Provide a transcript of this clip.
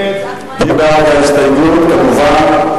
מי בעד ההסתייגות, כמובן?